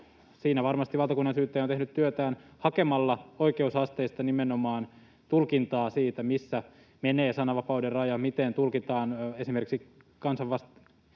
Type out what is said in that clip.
Siinä varmasti valtakunnansyyttäjä on tehnyt työtään hakemalla oikeusasteista nimenomaan tulkintaa siitä, missä menee sananvapauden raja, miten tulkitaan esimerkiksi kansanryhmää